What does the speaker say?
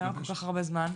למה כל כך הרבה זמן?